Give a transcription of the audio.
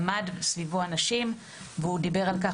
הוא עמד עם אנשים מסביבו ודיבר על כך